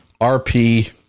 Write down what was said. RP